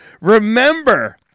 Remember